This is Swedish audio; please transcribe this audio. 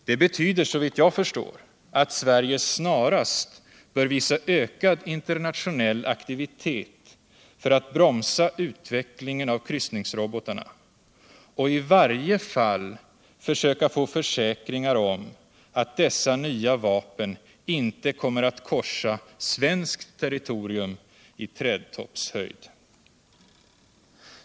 Det betyder, såvitt jag förstår, att Sverige snarast bör visa ökad internationell aktiviter för att bromsa utvecklingen av kryssningsrobotarna eller i varje fall försöka få försäkringar om att dessa nya vapen inte kommer att korsa svenskt territorium i trädtoppshöjd.